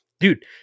Dude